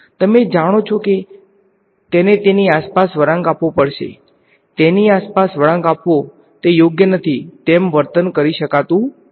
તમે જાણો છો કે તેને તેની આસપાસ વળાંક આપવો પડશે તેની આસપાસ વળાંક આપવો તે યોગ્ય નથી તેમ વર્તન કરી શકાતું નથી